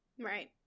Right